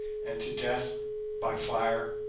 and to death by fire?